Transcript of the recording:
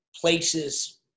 places